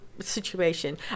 situation